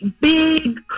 big